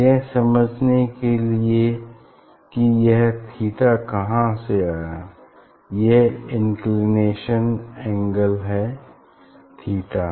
यह समझने के लिए कि यह थीटा कहाँ से आया यह इंक्लिनेशन एंगल है थीटा